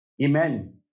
Amen